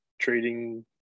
trading